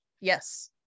yes